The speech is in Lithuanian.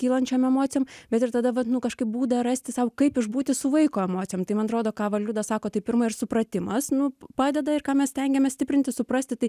kylančiom emocijom bet ir tada vat nu kažkaip būdą rasti sau kaip išbūti su vaiko emocijom tai man atrodo ką va liudas sako tai pirma ir supratimas nu padeda ir ką mes stengiamės stiprinti suprasti tai